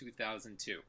2002